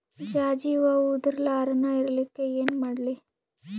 ಜಾಜಿ ಹೂವ ಉದರ್ ಲಾರದ ಇರಲಿಕ್ಕಿ ಏನ ಮಾಡ್ಲಿ?